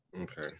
Okay